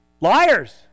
Liars